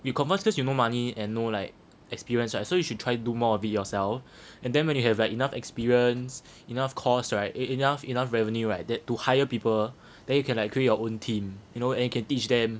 you confirm cause you no money and no like experience right so you should try to do more a bit yourself and then when you have like enough experience enough cost right eh enough enough revenue right then to hire people then you can like create your own team you know and you can teach them